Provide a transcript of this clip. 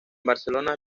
barcelona